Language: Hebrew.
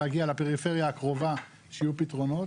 להגיע לפריפריה הקרובה שיהיו פתרונות,